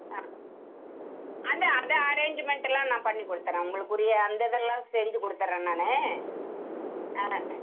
ஆ அந்த அந்த அரேஞ்சுமெண்ட்டெல்லாம் நான் பண்ணிக் கொடுத்துறேன் உங்களுக்குரிய அந்த இதெல்லாம் செஞ்சுக் கொடுத்துறேன் நான் ஆ